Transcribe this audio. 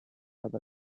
other